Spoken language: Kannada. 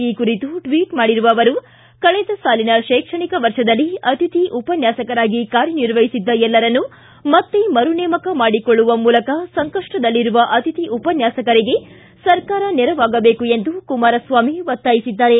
ಈ ಕುರಿತು ಟ್ವೀಟ್ ಮಾಡಿರುವ ಅವರು ಕಳೆದ ಸಾಲಿನ ಶ್ರೆಕ್ಷಣಿಕ ವರ್ಷದಲ್ಲಿ ಅತಿಥಿ ಉಪನ್ನಾಸಕರಾಗಿ ಕಾರ್ಯನಿರ್ವಹಿಸಿದ್ದ ಎಲ್ಲರನ್ನೂ ಮತ್ತೆ ಮರು ನೇಮಕ ಮಾಡಿಕೊಳ್ಳುವ ಮೂಲಕ ಸಂಕಷ್ಟದಲ್ಲಿರುವ ಅತಿಥಿ ಉಪನ್ಯಾಸಕರಿಗೆ ಸರ್ಕಾರ ನೆರವಾಗಬೇಕು ಎಂದು ಕುಮಾರಸ್ವಾಮಿ ಒತ್ತಾಯಿಸಿದ್ದಾರೆ